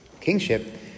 kingship